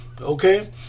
Okay